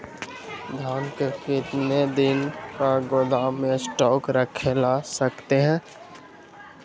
धान को कितने दिन को गोदाम में स्टॉक करके रख सकते हैँ?